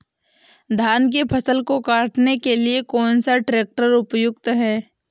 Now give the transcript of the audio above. धान की फसल काटने के लिए कौन सा ट्रैक्टर उपयुक्त है?